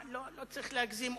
לא צריך להגזים,